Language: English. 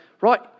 right